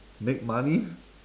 make money